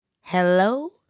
Hello